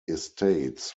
estates